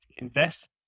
Invest